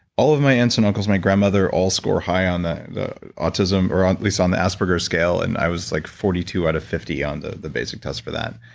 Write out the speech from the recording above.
all of my aunts and uncles, my grandmother all score high on the the autism or at least on the asperger's scale and i was like forty two out of fifty on the the basic test for that.